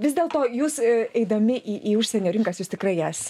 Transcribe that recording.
vis dėl to jūs eidami į į užsienio rinkas jūs tikrai jas